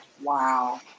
Wow